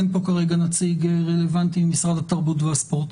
אין פה כרגע נציג רלוונטי ממשרד התרבות והספורט.